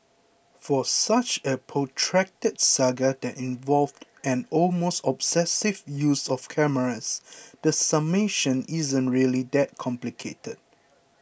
for such a protracted saga that involved an almost obsessive use of cameras the summation isn't really that complicated